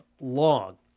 long